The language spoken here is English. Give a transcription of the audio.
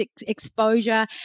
exposure